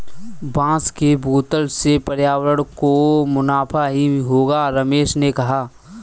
बांस के बोतल से पर्यावरण को मुनाफा ही होगा रमेश ने कहा